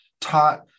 taught